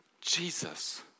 Jesus